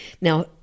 Now